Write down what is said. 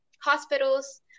hospitals